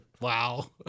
wow